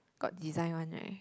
got design one right